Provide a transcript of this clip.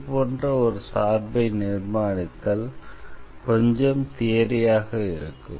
இது போன்ற ஒரு சார்பை நிர்மாணித்தல் கொஞ்சம் தியரியாக இருக்கும்